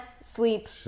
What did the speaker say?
sleep